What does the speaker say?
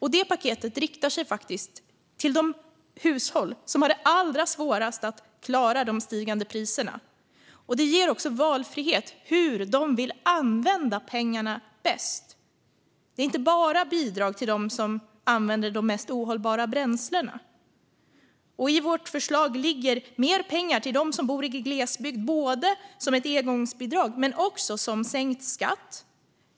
Detta paket riktar sig faktiskt till de hushåll som har det allra svårast att klara de stigande priserna. Det ger också valfrihet i hur de vill använda pengarna bäst. Det är inte bara bidrag till dem som använder de mest ohållbara bränslena. I vårt förslag ligger mer pengar till dem som bor i glesbygd, både som ett engångsbidrag och som sänkt skatt.